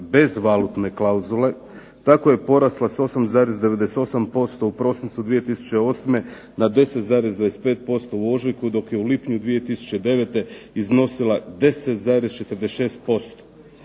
bez valutne klauzule tako je porasla s 8,98% u prosincu 2008. na 10,25% u ožujku, dok je u lipnju 2009. iznosila 10,46%